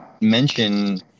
mention